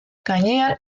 gainean